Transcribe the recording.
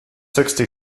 sixty